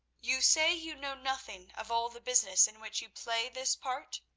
you say you know nothing of all the business in which you play this part?